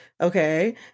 Okay